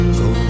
go